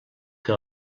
que